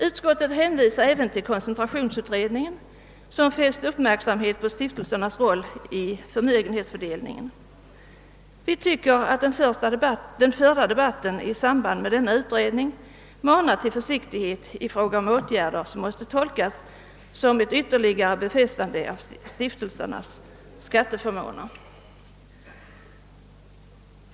Utskottet hänvisar även till koncentrationsutredningen som fäst uppmärksamheten på stiftelsernas roll när det gäller förmögenhetsfördelningen. Vi tycker att den förda debatten i samband med denna utredning manar till försiktighet när det gäller att vidta åtgärder som måste tolkas som ett ytterligare befästande av stiftelsernas skatteförmåner.